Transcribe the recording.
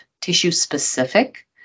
tissue-specific